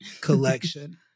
collection